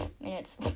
minutes